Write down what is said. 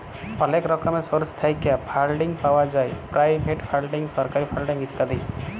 অলেক রকমের সোর্স থ্যাইকে ফাল্ডিং পাউয়া যায় পেরাইভেট ফাল্ডিং, সরকারি ফাল্ডিং ইত্যাদি